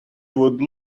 would